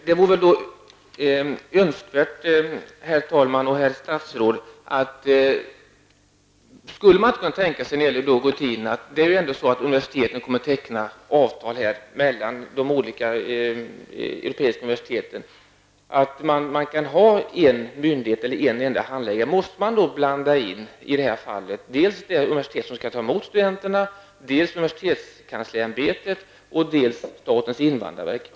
Herr talman! Universiteten kommer ju att teckna avtal med de olika europeiska universiteten. Vore det då inte möjligt att ha en myndighet eller en handläggare? Måste man i detta fall blanda in dels det universitet som skall ta emot studenterna, dels universitetskanslerämbetet, dels statens invandrarverk?